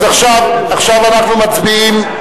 אז עכשיו, עכשיו אנחנו מצביעים.